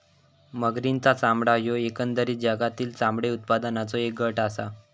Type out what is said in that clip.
मगरींचा चामडा ह्यो एकंदरीत जगातील चामडे उत्पादनाचों एक गट आसा